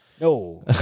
No